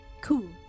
cool